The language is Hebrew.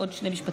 עוד שני משפטים.